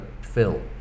fill